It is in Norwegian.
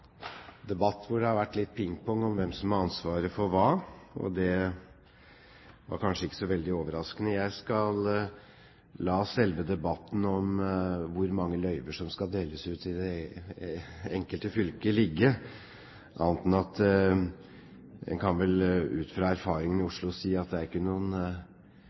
ansvaret for hva, og det var kanskje ikke så veldig overraskende. Jeg skal la selve debatten om hvor mange løyver som skal deles ut i det enkelte fylket, ligge, men vil si at ut fra erfaringene i Oslo er det ikke noe tydelig samsvar mellom antall drosjer og priser, tilgjengelighet og service. Det tror jeg vi er